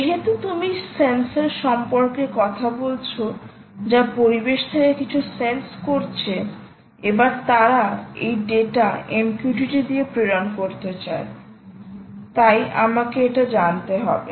যেহেতু তুমি সেন্সর সম্পর্কে কথা বলছো যা পরিবেশ থেকে কিছু সেন্স করছে এবার তারা এই ডেটা MQTT দিয়ে প্রেরণ করতে চায় তাই আমাকে এটা জানতে হবে